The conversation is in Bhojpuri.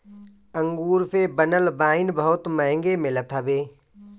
अंगूर से बनल वाइन बहुते महंग मिलत हवे